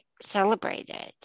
celebrated